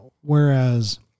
whereas